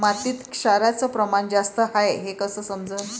मातीत क्षाराचं प्रमान जास्त हाये हे कस समजन?